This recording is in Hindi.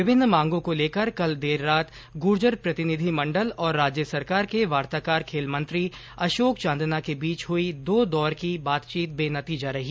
विभिन्न मांगों को लेकर कल देर रात गुर्जर प्रतिनिधि मंडल और राज्य सरकार के वार्ताकार खेल मंत्री अशोक चांदना के बीच हुई दो दौर की बातचीत बेनतीजा रही